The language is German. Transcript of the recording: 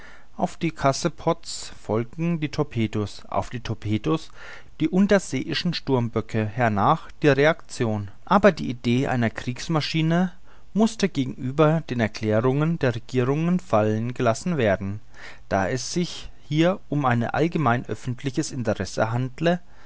auf die chassepots folgten die torpedo's auf die torpedo's die unterseeischen sturmböcke hernach die reaction aber diese idee einer kriegsmaschine mußte gegenüber den erklärungen der regierungen fallen gelassen werden da es sich hier um ein allgemeines öffentliches interesse handelte